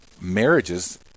marriages